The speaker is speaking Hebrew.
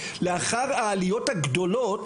לאחר העליות הגדולות,